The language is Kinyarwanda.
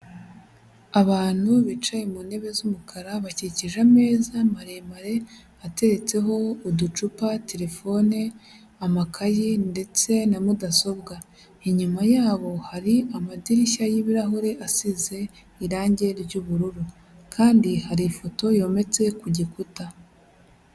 Abantu bicaye mu ntebe z'umukara, bakikije ameza maremare ateretseho uducupa, telefone, amakaye ndetse na mudasobwa. Inyuma yabo hari amadirishya y'ibirahure asize irangi ry'ubururu. Kandi hari ifoto yometse ku gikuta.